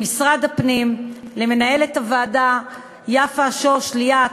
למשרד הפנים, למנהלת הוועדה יפה, לשוש, ליאת,